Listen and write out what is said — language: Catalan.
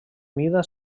mida